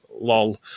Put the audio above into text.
lol